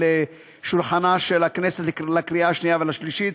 שולחנה של הכנסת לקריאה השנייה והשלישית,